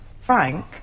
Frank